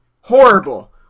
Horrible